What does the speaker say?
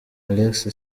alex